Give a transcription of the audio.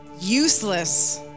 useless